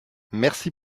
merci